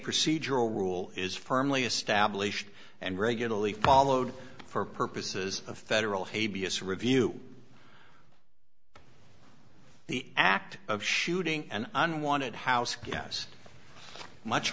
procedural rule is firmly established and regularly followed for purposes of federal habeas review the act of shooting an unwanted house gas much